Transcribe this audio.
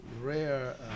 rare